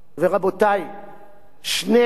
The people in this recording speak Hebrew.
שני הצדדים אינם צודקים.